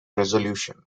resolution